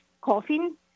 coughing